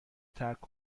ترک